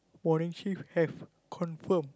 morning shift have confirm